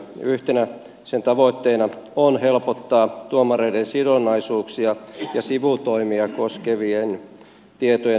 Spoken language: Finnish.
yhtenä sen tavoitteena on helpottaa tuomareiden sidonnaisuuksia ja sivutoimia koskevien tietojen saatavuutta